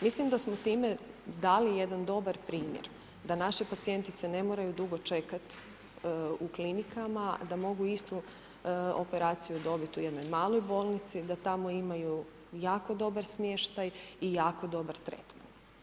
Mislim da smo time dali jedan dobar primjer da naše pacijentice ne moraju dugo čekat u klinikama, da mogu istu operaciju dobit u jednoj maloj bolnici, da tamo imaju jako dobar smještaj i jako dobar tretman.